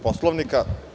Poslovnika.